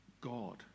God